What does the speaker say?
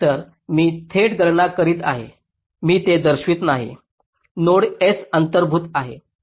तर मी थेट गणना करीत आहे मी ते दर्शवित नाही नोड S अंतर्भूत आहे